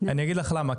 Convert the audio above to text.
אני אגיד לך למה,